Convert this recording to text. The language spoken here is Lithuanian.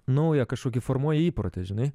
naują kažkokį formuoji įprotį žinai